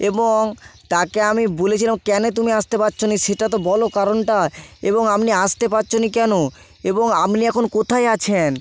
এবং তাকে আমি বলেছিলাম কেন তুমি আসতে পারছো না সেটা তো বলো কারণটা এবং আপনি আসতে পারছো না কেন এবং আপনি এখন কোথায় আছেন